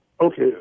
Okay